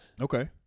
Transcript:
okay